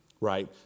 right